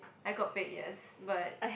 I got pay yes but